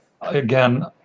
again